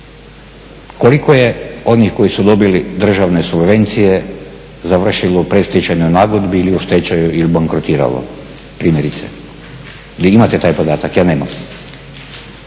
Koliko je onih koji su dobili državne subvencije završilo u predstečajnoj nagodbi ili u stečaju ili bankrotiralo primjerice? Je li imate taj podatak? Ja nemam.